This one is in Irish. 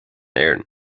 éirinn